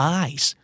eyes